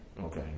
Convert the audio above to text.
Okay